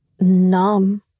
numb